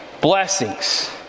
Blessings